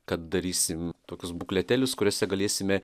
kad darysim tokius bukletėlius kuriuose galėsime